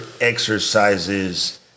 exercises